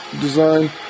design